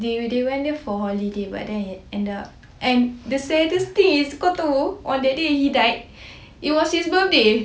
they they went there for holiday but then it ended up and the saddest thing is kau tahu on that day he died it was his birthday